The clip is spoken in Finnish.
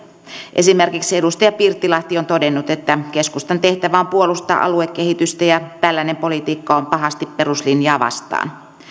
esimerkiksi edustaja pirttilahti on todennut että keskustan tehtävä on puolustaa aluekehitystä ja tällainen politiikka on pahasti peruslinjaa vastaan